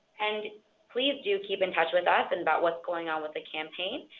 and please do keep in touch with us and about what's going on with the campaign.